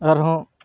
ᱟᱨᱦᱚᱸ